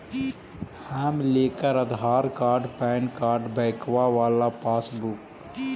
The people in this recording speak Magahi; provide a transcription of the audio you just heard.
हम लेकर आधार कार्ड पैन कार्ड बैंकवा वाला पासबुक?